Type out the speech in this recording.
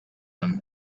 him